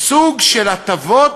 לא ידעתי, ששש, חברי הכנסת.